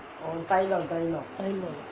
தைலம்:thailam